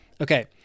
okay